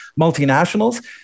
multinationals